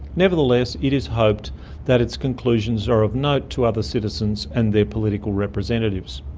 nevertheless it is hoped that its conclusions are of note to other citizens and their political representatives.